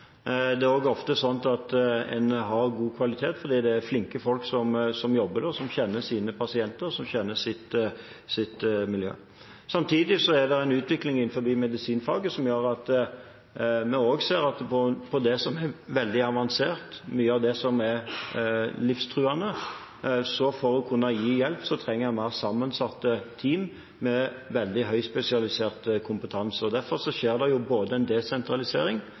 Det er ofte slik at en har god kvalitet fordi det er flinke folk som jobber der, som kjenner sine pasienter, og som kjenner sitt miljø. Samtidig er det en utvikling innenfor medisinfaget som gjør at en når det gjelder det som er veldig avansert, mye av det som er livstruende, trenger mer sammensatte team med veldig høyt spesialisert kompetanse for å kunne gi hjelp. Derfor skjer det både en desentralisering, en sentralisering og en spesialisering i sykehusene våre. Med den geografien vi har i Norge, vil det